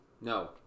no